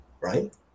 right